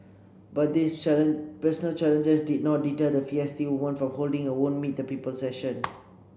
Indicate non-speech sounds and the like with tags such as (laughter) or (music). but these (unintelligible) personal challenges did not deter the feisty woman from holding her own meet the people session